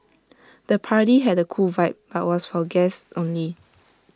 the party had A cool vibe but was for guests only